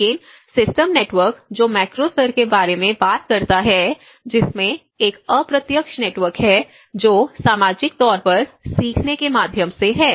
लेकिन system network जो macro स्तर के बारे में बात करता है जिसमें एक अप्रत्यक्ष नेटवर्क है जो सामाजिक तौर पर सीखने के माध्यम से है